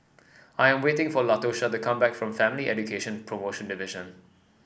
I am waiting for Latosha to come back from Family Education Promotion Division